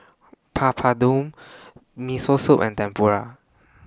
Papadum Miso Soup and Tempura